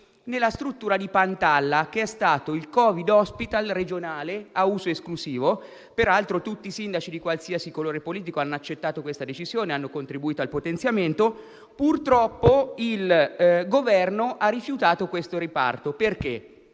nella struttura di Pantalla, che è stato il Covid Hospital regionale ad uso esclusivo. Peraltro, tutti i sindaci di qualsiasi colore politico hanno accettato questa decisione e hanno contribuito al potenziamento. Purtroppo il Governo ha rifiutato questo riparto perché